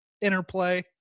interplay